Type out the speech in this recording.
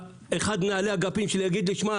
ואחד ממנהלי האגפים שלי יגיד לי: תשמע,